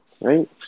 right